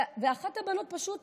ואחת הבנות פשוט